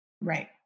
Right